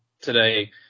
today